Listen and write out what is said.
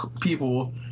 people